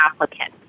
applicant